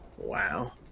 wow